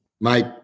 mate